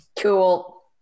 Cool